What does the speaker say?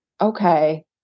okay